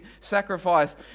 sacrifice